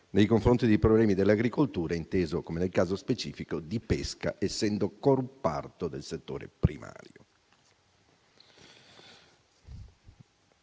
nei confronti dei problemi dell'agricoltura, nel caso specifico della pesca, essendo comparto del settore primario.